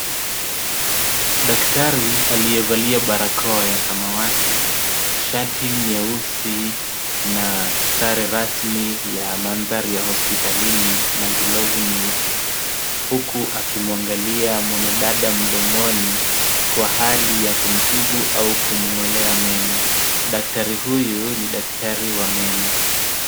Daktari aliyevalia barakoa ya samawati, shati nyeusi na sare rasmi ya mandhari ya hospitalini na glove nyeupe, huku akimuangalia mwanadada mdomoni kwa hali ya kumtibu au kumng'olea meno. Daktari huyu ni daktari wa meno.